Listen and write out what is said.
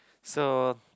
so